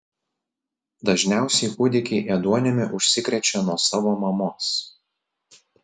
dažniausiai kūdikiai ėduonimi užsikrečia nuo savo mamos